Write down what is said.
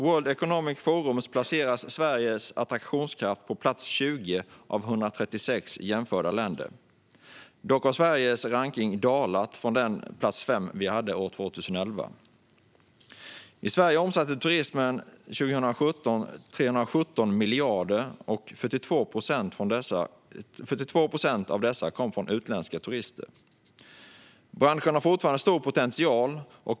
World Economic Forum placerar Sveriges attraktionskraft på plats 20 av 136 jämförda länder. Dock har Sveriges plats på rankningslistan dalat från plats 5 år 2011. År 2017 omsatte turismen i Sverige 317 miljarder, och 42 procent av dessa kom från utländska turister. Branschen har fortfarande stor potential.